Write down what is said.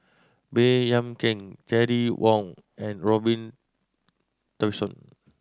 Baey Yam Keng Terry Wong and Robin Tessensohn